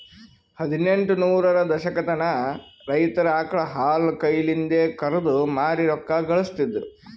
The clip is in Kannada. ಹದಿನೆಂಟ ನೂರರ ದಶಕತನ ರೈತರ್ ಆಕಳ್ ಹಾಲ್ ಕೈಲಿಂದೆ ಕರ್ದು ಮಾರಿ ರೊಕ್ಕಾ ಘಳಸ್ತಿದ್ರು